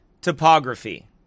topography